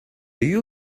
you